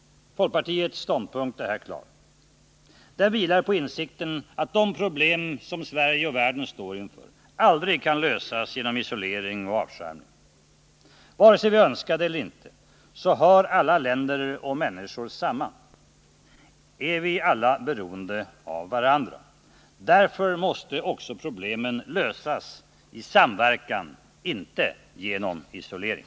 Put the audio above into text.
Folkpartiets ståndpunkt är här klar. Den vilar på insikten att de problem som Sverige och världen står inför aldrig kan lösas genom isolering och avskärmning. Vare sig vi önskar det eller inte, hör alla länder och människor samman, är vi alla beroende av varandra. Därför måste också problemen lösas i samverkan, inte genom isolering.